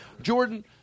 Jordan